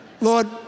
Lord